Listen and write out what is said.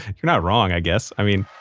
you're not wrong, i guess. i mean.